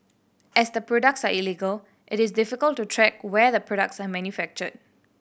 as the products are illegal it is difficult to track where the products are manufactured